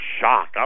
shock